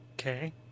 Okay